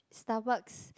Starbucks